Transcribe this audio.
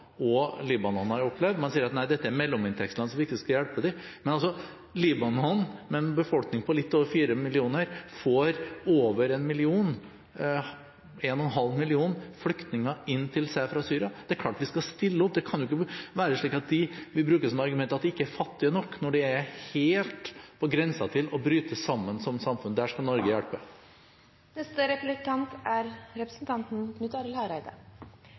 og Libanon har opplevd. Man sier at dette er mellominntektsland, så vi skal ikke hjelpe dem, men når Libanon med en befolkning på litt over 4 millioner får 1,5 millioner flyktninger inn til seg fra Syria, er det klart at vi skal stille opp. Det kan ikke være slik at vi bruker som argument at de ikke er fattige nok, når de er helt på grensen til å bryte sammen som samfunn. Der skal Norge hjelpe. Kristeleg Folkeparti er